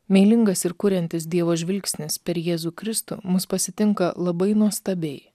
meilingas ir kuriantis dievo žvilgsnis per jėzų kristų mus pasitinka labai nuostabiai